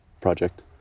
project